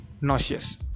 nauseous